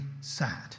sad